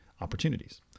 opportunities